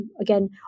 again